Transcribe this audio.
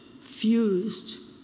fused